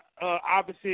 opposite